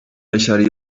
beşer